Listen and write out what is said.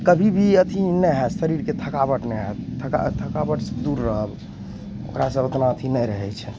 कभी भी अथी नहि होयत शरीरके थकावट नहि होयत थका थकावटसँ दूर रहब ओकरासँ ओतना अथी नहि रहय छै